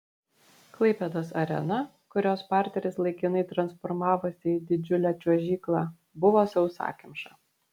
klaipėdos arena kurios parteris laikinai transformavosi į didžiulę čiuožyklą buvo sausakimša